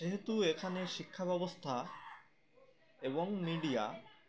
যেহেতু এখানে শিক্ষা ব্যবস্থাটা এবং মিডিয়া